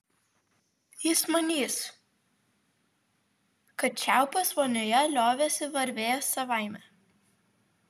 jis manys kad čiaupas vonioje liovėsi varvėjęs savaime